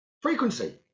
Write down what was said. frequency